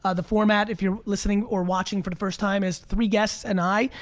ah the format if your listening or watching for the first time is three guests and i.